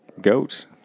goats